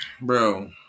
Bro